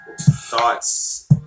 thoughts